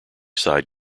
side